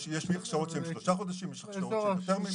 יש הכשרות שהן שלושה חודשים ויש הכשרות שהן יותר מזה.